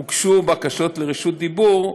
הוגשו בקשות לרשות דיבור,